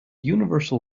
universal